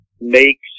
makes